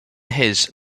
his